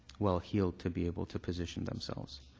well-heeled to be able to position themselves.